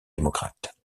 démocrate